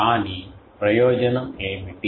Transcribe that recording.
కానీ ప్రయోజనం ఏమిటి